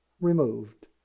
removed